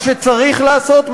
מה שצריך לעשות,